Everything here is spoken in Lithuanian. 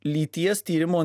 lyties tyrimo